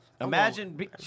Imagine